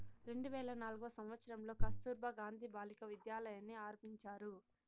రెండు వేల నాల్గవ సంవచ్చరంలో కస్తుర్బా గాంధీ బాలికా విద్యాలయని ఆరంభించారు